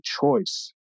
choice